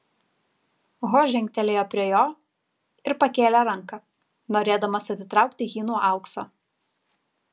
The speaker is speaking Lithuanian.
ho žengtelėjo prie jo ir pakėlė ranką norėdamas atitraukti jį nuo aukso